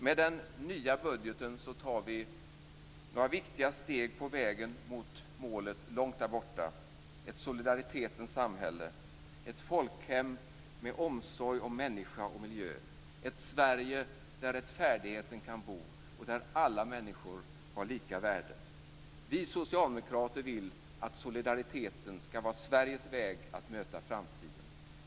Med den nya budgeten tar vi några viktiga steg på vägen mot målet långt där borta, ett solidaritetens samhälle, ett folkhem med omsorg om människa och miljö, ett Sverige där rättfärdigheten kan bo och där alla människor har lika värde. Vi socialdemokrater vill att solidariteten skall vara Sveriges väg att möta framtiden.